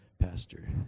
Pastor